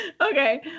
Okay